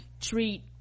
treat